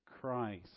Christ